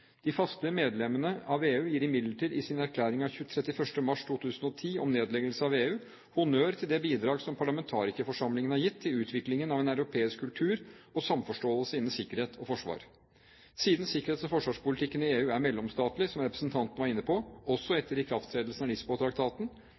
De faste medlemmene av VEU gir imidlertid i sin erklæring av 31. mars 2010 om nedleggelse av VEU honnør til det bidraget som parlamentarikerforsamlingen har gitt til utviklingen av en europeisk kultur og samforståelse innen sikkerhet og forsvar. Siden sikkerhets- og forsvarspolitikken i EU er mellomstatlig, som representanten var inne på, også